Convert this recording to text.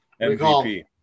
MVP